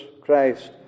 Christ